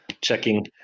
Checking